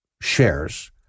shares